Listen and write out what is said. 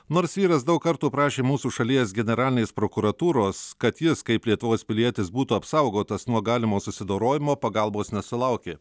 nors vyras daug kartų prašė mūsų šalies generalinės prokuratūros kad jis kaip lietuvos pilietis būtų apsaugotas nuo galimo susidorojimo pagalbos nesulaukė